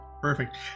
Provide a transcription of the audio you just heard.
Perfect